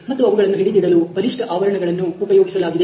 ಮತ್ತು ಅವುಗಳನ್ನು ಹಿಡಿದಿಡಲು ಬಲಿಷ್ಠ ಆವರಣಗಳನ್ನು ಉಪಯೋಗಿಸಲಾಗಿದೆ